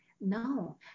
No